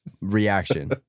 reaction